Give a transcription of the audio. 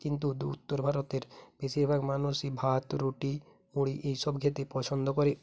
কিন্তু উত্তর ভারতের বেশিরভাগ মানুষই ভাত রুটি মুড়ি এইসব খেতে পছন্দ করে